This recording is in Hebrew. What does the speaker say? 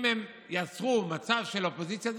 אם הם יצרו מצב של אופוזיציה,